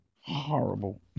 Horrible